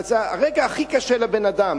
זה הרגע הכי קשה לבן-אדם,